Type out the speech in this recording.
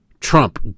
Trump